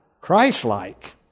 Christ-like